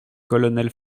colonel